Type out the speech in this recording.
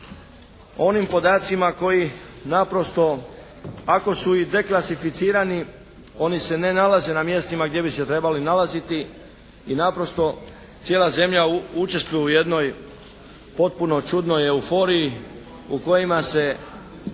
onim podacima koji naprosto ako su i deklasificirani oni se ne nalaze na mjestima gdje bi se trebali nalaziti i naprosto cijela zemlja učestvuje u jednoj potpuno čudnoj euforiji u kojima se